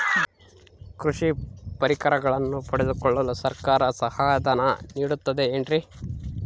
ಕೃಷಿ ಪರಿಕರಗಳನ್ನು ಪಡೆದುಕೊಳ್ಳಲು ಸರ್ಕಾರ ಸಹಾಯಧನ ನೇಡುತ್ತದೆ ಏನ್ರಿ?